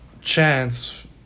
chance